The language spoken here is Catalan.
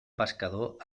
pescador